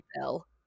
Bill